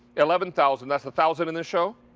eleven thousand. that's a thousand in this show.